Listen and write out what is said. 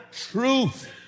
truth